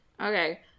Okay